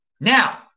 Now